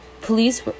police